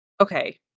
Okay